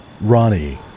Ronnie